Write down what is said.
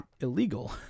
illegal